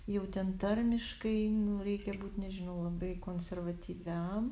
jau ten tarmiškai reikia būt nežinau labai konservatyviam